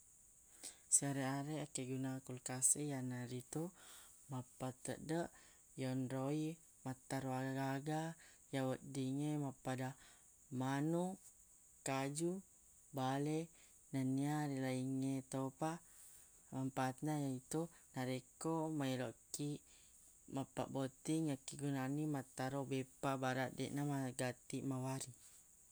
Siareq-areq akkegunang kulkas e yanaritu mappatteddeq yonro i mattaro aga-aga ya weddingnge mappada manuq kaju bale nennia rilaingnge topa manpaat na yaitu narekko maeloq kiq mappabbotting yakkegunanni mattaro beppa baraq deq namagatti mawari